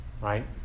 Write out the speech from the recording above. right